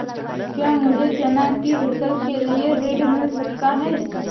क्या मुझे चना की फसल के लिए ऋण मिल सकता है?